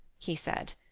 he said.